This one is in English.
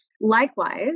Likewise